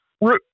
Root